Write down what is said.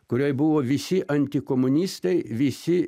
kurioj buvo visi antikomunistai visi